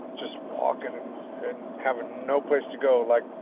just walking and having no place to go. like